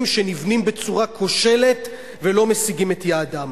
שנבנים בצורה כושלת ולא משיגים את יעדם.